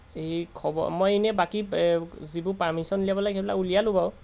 এই খবৰ মই এনে বাকী যিবোৰ পাৰ্মিচন উলিয়াব লাগে সেইবিলাক উলিয়ালোঁ বাৰু